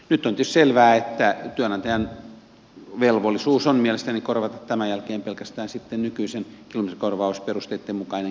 nyt on tietysti selvää että työnantajan velvollisuus on mielestäni korvata tämän jälkeen pelkästään nykyisten kilometrikorvausperusteitten mukainen kilometrikorvaus työntekijälle